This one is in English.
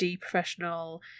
professional